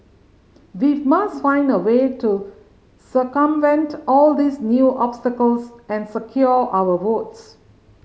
we must find a way to circumvent all these new obstacles and secure our votes